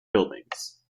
buildings